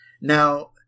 Now